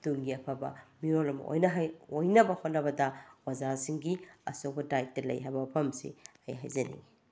ꯇꯨꯡꯒꯤ ꯑꯐꯕ ꯃꯤꯔꯤꯜ ꯑꯃ ꯑꯣꯏꯅꯕ ꯍꯣꯠꯅꯕꯗ ꯑꯣꯖꯥꯁꯤꯡꯒꯤ ꯑꯆꯧꯕ ꯗꯥꯏꯇ ꯂꯩ ꯍꯥꯏꯕ ꯋꯥꯐꯝꯁꯤ ꯑꯩ ꯍꯥꯏꯖꯅꯤꯡꯏ